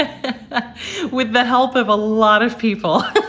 ah with the help of a lot of people.